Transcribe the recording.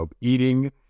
eating